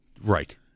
right